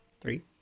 Three